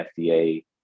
FDA